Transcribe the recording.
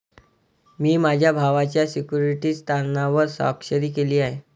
मी माझ्या भावाच्या सिक्युरिटीज तारणावर स्वाक्षरी केली आहे